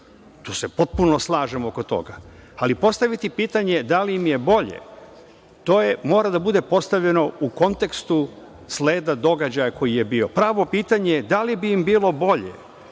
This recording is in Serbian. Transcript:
Tu se potpuno slažemo oko toga. Ali, postaviti pitanje da li im je bolje, to mora da bude postavljeno u kontekstu sleda događaja koji je bio. Pravo pitanje da li bi im bilo bolje